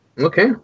Okay